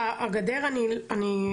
הגדר אני,